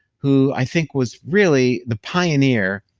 who i think was really the pioneer